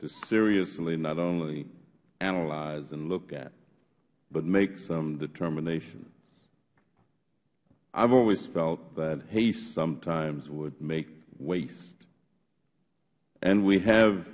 to seriously not only analyze and look at but make some determinations i have always felt that haste sometimes would make waste and we have